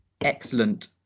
excellent